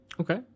Okay